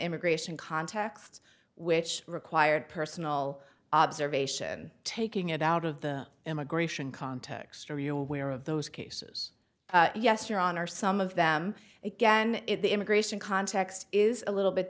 immigration context which required personal observation taking it out of the immigration context are you aware of those cases yes your honor some of them again the immigration context is a little bit